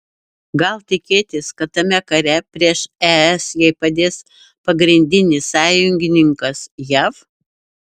gal tikėtis kad tame kare prieš es jai padės pagrindinis sąjungininkas jav